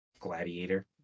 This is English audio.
gladiator